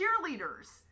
cheerleaders